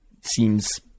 seems